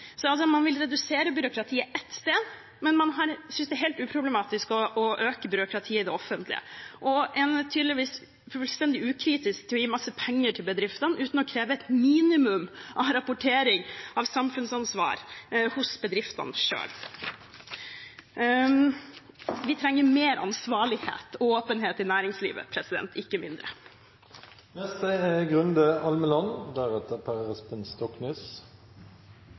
man gi bedre rettledning av bedriftene. Man vil altså redusere byråkratiet ett sted, men man synes det er helt uproblematisk å øke byråkratiet i det offentlige. Man er også tydeligvis fullstendig ukritisk til å gi masse penger til bedriftene uten å kreve et minimum av rapportering om samfunnsansvar hos bedriftene selv. Vi trenger mer ansvarlighet og åpenhet i næringslivet – ikke mindre.